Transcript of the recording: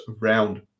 round